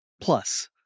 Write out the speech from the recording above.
Plus